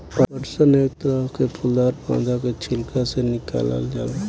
पटसन एक तरह के फूलदार पौधा के छिलका से निकालल जाला